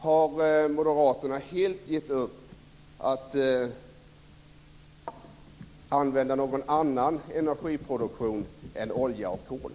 Har moderaterna helt gett upp användningen av någon annan energiproduktion än olja och kol?